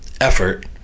effort